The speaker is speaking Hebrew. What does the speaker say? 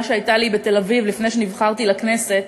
שהייתה לי בתל-אביב לפני שנבחרתי לכנסת.